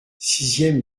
sixième